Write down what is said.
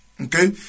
Okay